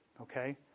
Okay